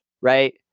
right